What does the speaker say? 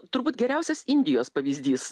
turbūt geriausias indijos pavyzdys